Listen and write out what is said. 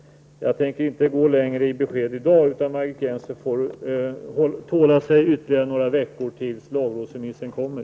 Jag tänker inte gå längre i mina besked i dag, utan Margit Gennser får tåla sig ytterligare någon vecka tills lagrådsremissen kommer.